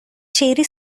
cherry